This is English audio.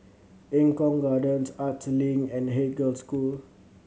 Eng Kong Gardens Arts Link and Haig Girls' School